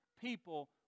people